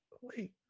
wait